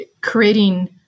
creating